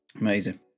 Amazing